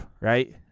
right